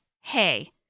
hey